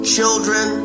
Children